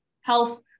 health